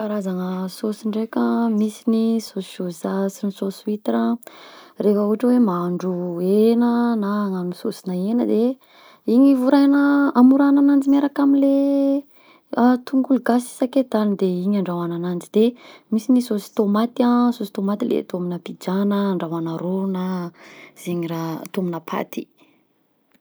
Karazagna saosy ndraika: misy ny saosy sôza sy ny saosy huitra, rehefa ohatra hoe mahandro hena na agnano saosina hena lehe, igny vorahana amorahagna ananjy miaraka am'le leha tongolo gasy sy sakaitany de igny ny andrahoana ananjy, de misy ny saosy tomaty an, saosy tomaty le atao amna pizza na andrahoigna rô na zegny raha atao aminà paty.